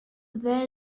there